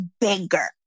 bigger